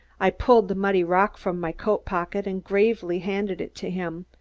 i pulled the muddy rock from my coat pocket and gravely handed it to him.